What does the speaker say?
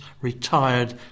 retired